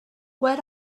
what